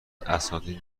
اساتید